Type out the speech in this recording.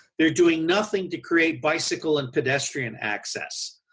they are doing nothing to create bicycle and pedestrian access.